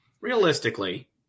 Realistically